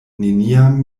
neniam